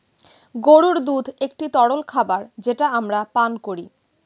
গরুর দুধ একটি তরল খাবার যেটা আমরা পান করি